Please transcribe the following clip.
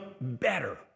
better